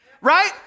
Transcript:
right